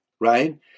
right